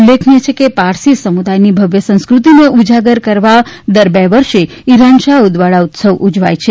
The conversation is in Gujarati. ઉલ્લેખનિય છે કે પારસી સમુદાયની ભવ્ય સંસ્કૃતિને ઉજાગર કરવા દર બે વર્ષે ઈરાનશાહ ઉદવાડા ઉત્સવ ઉજવાય છે